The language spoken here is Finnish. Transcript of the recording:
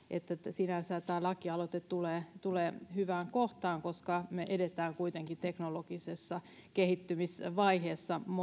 sinänsä tämä lakialoite tulee tulee hyvään kohtaan koska me elämme kuitenkin teknologisessa kehittymisvaiheessa